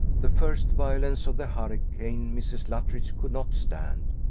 the first violence of the hurricane mrs. luttridge could not stand,